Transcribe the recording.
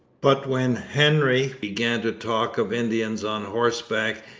but when hendry began to talk of indians on horseback,